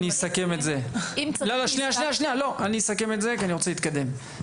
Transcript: אני אסכם את זה כי אני רוצה להתקדם.